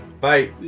Bye